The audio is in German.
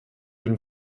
den